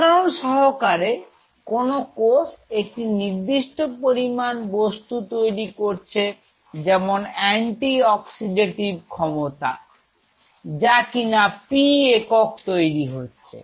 উদাহরণ সহকারে কোন কোষ একটি নির্দিষ্ট পরিমাণ বস্তু তৈরি করছে যেমন অ্যান্টিঅক্সিডেটিভ ক্ষমতা যা কিনা P একক তৈরি হচ্ছে